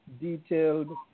detailed